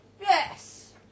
Yes